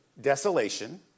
desolation